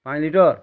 ପାଞ୍ଚ୍ ଲିଟର୍